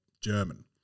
German